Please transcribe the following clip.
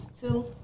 two